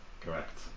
Correct